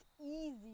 easy